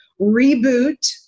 reboot